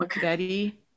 Betty